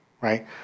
right